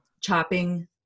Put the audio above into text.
chopping